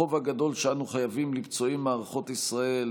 החוב הגדול שאנו חייבים לפצועי מערכות ישראל,